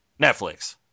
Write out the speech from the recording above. Netflix